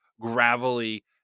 gravelly